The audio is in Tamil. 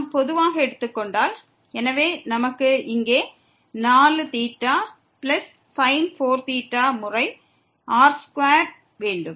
நாம் பொதுவாக எடுத்துக் கொண்டால் எனவே நமக்கு இங்கே 4 பிளஸ் sin 4 முறை r2 வேண்டும்